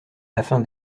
afin